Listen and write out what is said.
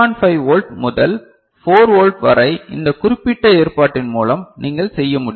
5 volt முதல் 4 volt வரை இந்த குறிப்பிட்ட ஏற்பாட்டின் மூலம் நீங்கள் செய்ய முடியும்